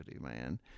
man